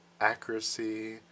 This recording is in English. accuracy